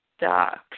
Ducks